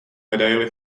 medaili